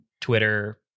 Twitter